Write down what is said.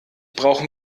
brauchen